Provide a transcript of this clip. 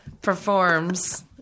performs